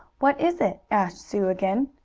what is it? asked sue again.